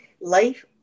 life